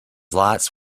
lights